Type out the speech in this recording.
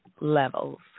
levels